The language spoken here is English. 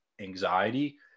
anxiety